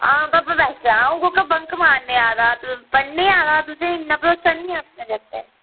हां पापा बस आ'ऊं कोह्का बंक मरने गी आए दा पढने गी आए दा तुसें इन्ना भरोसा नि अपने जागतै उप्पर